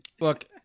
Look